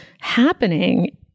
happening